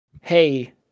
hey